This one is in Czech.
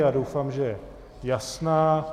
Já doufám, že je jasná.